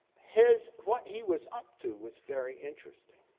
his what he was up to was very interesting.